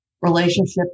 relationship